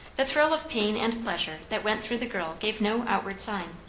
the thrill of pain and pleasure that went through the girl gave no outward sign.